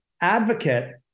advocate